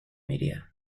media